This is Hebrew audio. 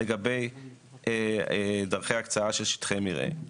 לגבי דרכי ההקצאה של שטחי מרעה.